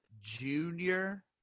Junior